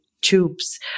tubes